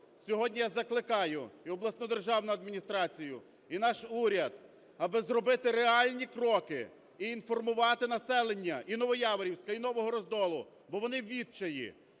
Сьогодні я закликаю і обласну державну адміністрацію, і наш уряд, аби зробити реальні кроки і інформувати населення і Новояворівська, і Нового Роздолу, бо вони у відчаї.